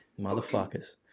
motherfuckers